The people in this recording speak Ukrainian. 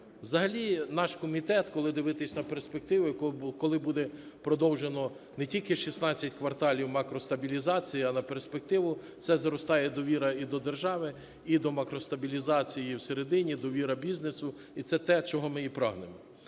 Взагалі наш комітет, коли дивитися на перспективи, коли буде продовжено не тільки 16 кварталів макростабілізації, але перспективу, це зростає довіра і до держави, і до макростабілізації всередині, довіра бізнесу, і це те, чого ми і прагнемо.